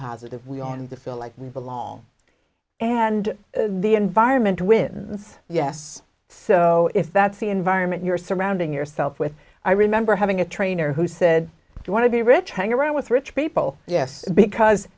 positive we are and to feel like we belong and the environment wins yes so if that's the environment you're surrounding yourself with i remember having a trainer who said you want to be rich hang around with rich people yes because